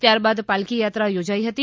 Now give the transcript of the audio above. ત્યાર બાદ પાલખીયાત્રા યોજાઇ હતી